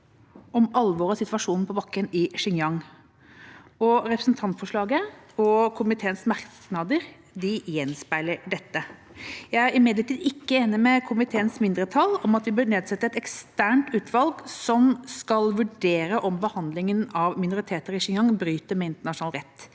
om alvoret i situasjonen på bakken i Xinjiang, og representantforslaget og komiteens merknader gjenspeiler det. Jeg er imidlertid ikke enig med komiteens mindretall om at vi bør nedsette et eksternt utvalg som skal vurdere om behandlingen av minoriteter i Xinjiang bryter med internasjonal rett.